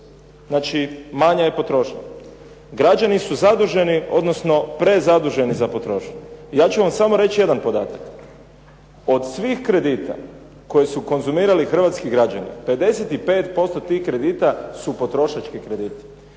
znači manja je potrošnja. Građani su zaduženi odnosno prezaduženi za potrošnju. Ja ću vam samo reći jedan podatak. Od svih kredita koje su konzumirali hrvatski građani 55% tih kredita su potrošački krediti.